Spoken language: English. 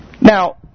Now